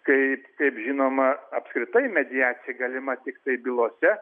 kaip žinoma apskritai mediacija galima tiktai bylose